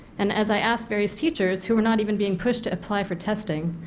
and as i asked various teachers who were not even being pushed to apply for testing,